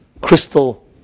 crystal